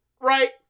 right